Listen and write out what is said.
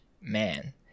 man